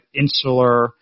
insular